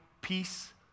peace